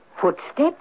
Footsteps